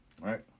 right